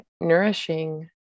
nourishing